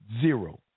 zero